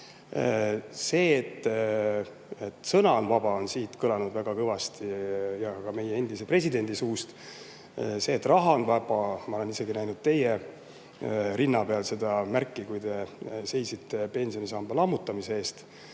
See, et sõna on vaba, on kõlanud siin väga kõvasti ja ka meie endise presidendi suust. See, et raha on vaba – ma nägin isegi teie rinna peal seda märki, kui te seisite pensionisamba lammutamise eest.